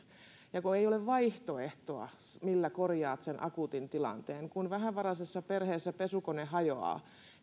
kun ei ole vaihtoehtoa millä korjaat sen akuutin tilanteen kun vähävaraisessa perheessä pesukone hajoaa